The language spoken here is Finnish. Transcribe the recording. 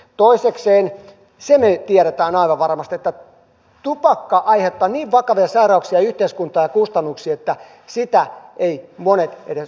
toisekseen sen me tiedämme aivan varmasti että tupakka aiheuttaa niin vakavia sairauksia ja yhteiskunnan kustannuksia että sitä eivät monet edes uskoisi